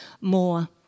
more